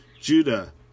Judah